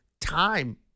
time